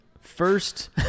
first